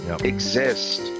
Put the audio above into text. exist